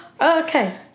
Okay